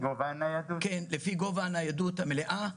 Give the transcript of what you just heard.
כן, לפי גובה הניידות המלאה.